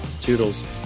toodles